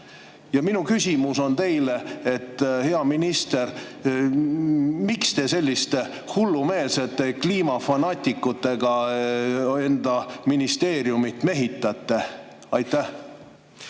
Ja minu küsimus teile, hea minister, on see: miks te selliste hullumeelsete kliimafanaatikutega enda ministeeriumit mehitate? Aitäh!